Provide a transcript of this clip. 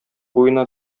буена